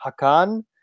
Hakan